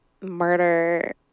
murder